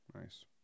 Nice